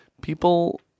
People